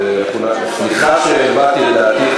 סליחה שהבעתי את דעתי,